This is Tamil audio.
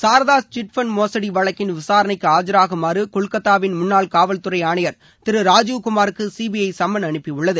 சாரதா நிதிநிறுவன மோசடி வழக்கிள் விசாரணைக்கு ஆஜராகுமாறு கொல்கத்தாவின் முன்னாள் காவல்துறை ஆணையர் திரு ராஜீவ் குமாருக்கு சிபிஐ சும்மன் அனுப்பியுள்ளது